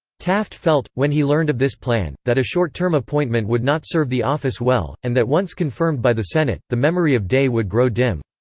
taft felt, when he learned of this plan, that a short-term appointment would not serve the office well, and that once confirmed by the senate, the memory of day would grow dim.